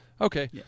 Okay